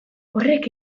horrek